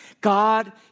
God